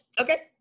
Okay